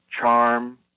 charm